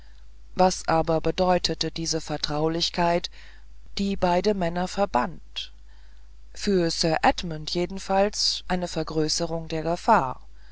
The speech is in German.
was aber bedeutete diese vertraulichkeit die beide männer verband für sir edmund jedenfalls eine vergrößerung der gefahr